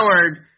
Howard